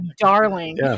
darling